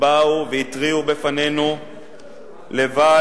באו והתריעו בפנינו לבל